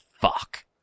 fuck